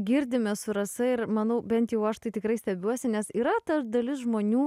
girdime su rasa ir manau bent jau aš tai tikrai stebiuosi nes yra ta dalis žmonių